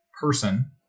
person